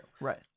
Right